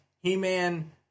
He-Man